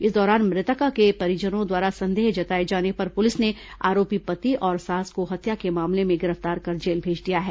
इस दौरान मृतका के परिजनों द्वारा संदेह जताए जाने पर पुलिस ने आरोपी पति और सास को हत्या के मामले में गिरफ्तार कर जेल भेज दिया है